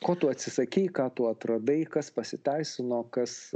ko tu atsisakei ką tu atradai kas pasiteisino kas